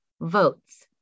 votes